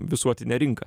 visuotinę rinką